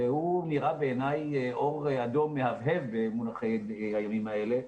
והוא נראה בעיניי אור אדום מהבהב במונחי הימים האלה.